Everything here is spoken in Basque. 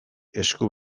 esku